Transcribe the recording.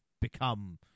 become